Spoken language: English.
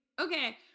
okay